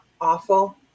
awful